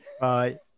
Bye